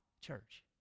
church